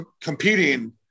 competing